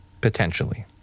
potentially